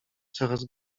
coraz